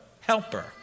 helper